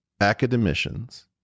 academicians